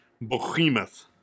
Behemoth